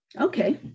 Okay